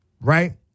right